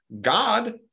God